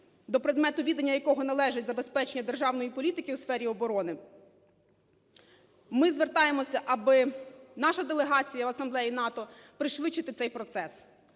до предмету відання якого належить забезпечення державної політики у сфері оборони, ми звертаємося, аби – наша делегація в Асамблеї НАТО – пришвидшити цей процес.